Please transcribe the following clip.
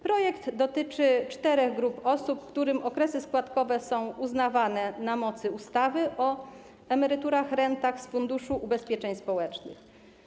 Projekt dotyczy czterech grup osób, których okresy składkowe są uznawane na mocy ustawy o emeryturach i rentach z Funduszu Ubezpieczeń Społecznych.